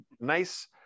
nice